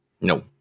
No